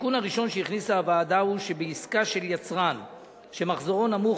התיקון הראשון שהכניסה הוועדה הוא שבעסקה של יצרן שמחזורו נמוך